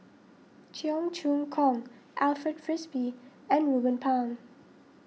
Cheong Choong Kong Alfred Frisby and Ruben Pang